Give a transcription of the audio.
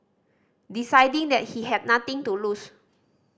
deciding that he had nothing to lose